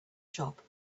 shop